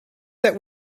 that